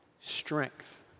strength